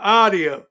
audio